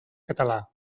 català